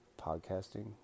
podcasting